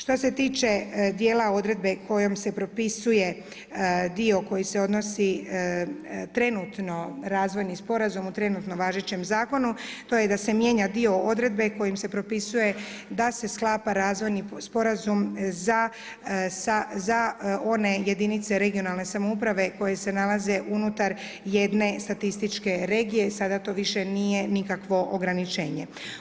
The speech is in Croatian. Što se tiče dijela odredbe kojom se propisuje dio koji se odnosi trenutno razvojni sporazum u trenutno važećem zakonu to je da se mijenja dio odredbe kojom se propisuje da se sklapa razvojni sporazum za one jedinice regionalne samouprave koje se nalaze unutar jedne statističke regije, sada to više nije nikakvo ograničenje.